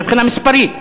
מבחינה מספרית.